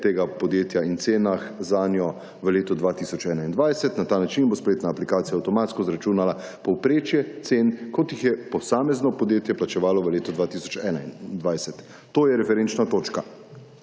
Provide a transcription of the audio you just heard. tega podjetja in cenah zanjo v letu 2021. Na ta način bo spletna aplikacija avtomatsko izračunala povprečje cen, kot jih je posamezno podjetje plačevalo v letu 2021. To je referenčna točka.